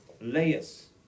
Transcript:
layers